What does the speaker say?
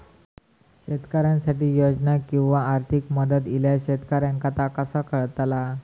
शेतकऱ्यांसाठी योजना किंवा आर्थिक मदत इल्यास शेतकऱ्यांका ता कसा कळतला?